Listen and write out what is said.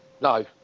No